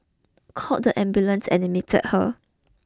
called the ambulance and admit her